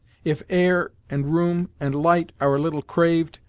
if air, and room, and light, are a little craved,